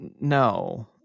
no